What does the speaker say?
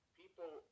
people